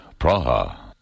Praha